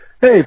Hey